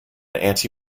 anti